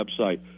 website